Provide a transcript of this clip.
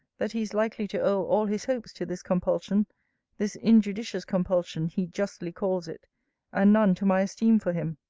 that he is likely to owe all his hopes to this compulsion this injudicious compulsion, he justly calls it and none to my esteem for him.